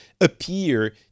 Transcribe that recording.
appear